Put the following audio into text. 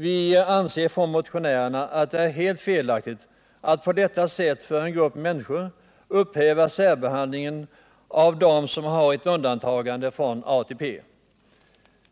Vi motionärer anser att det är helt felaktigt att på detta sätt för en grupp människor upphäva särbehandlingen av dem som har ett undantagande från ATP.